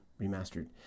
remastered